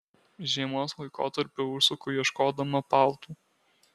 žiemos laikotarpiu užsuku ieškodama paltų